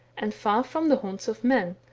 and far from the haunts of men,